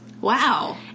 Wow